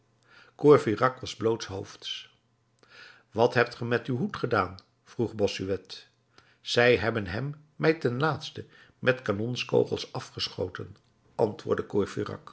courfeyrac was blootshoofds wat hebt ge met uw hoed gedaan vroeg bossuet zij hebben hem mij ten laatste met kanonskogels afgeschoten antwoordde